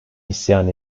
isyan